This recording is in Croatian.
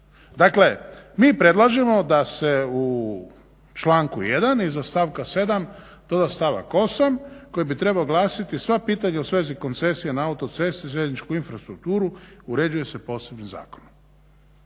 Dakle mi predlažemo da se u članku 1. iza stavka 7. doda stavak 8. koji bi trebao glasiti sva pitanja u svezi koncesije na autocesti, željezničku infrastrukturu uređuje se posebnim zakonom